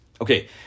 Okay